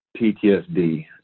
PTSD